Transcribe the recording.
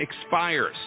expires